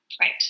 Right